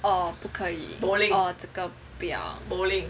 哦不可以 bowling orh 这个不要